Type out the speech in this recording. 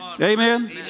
Amen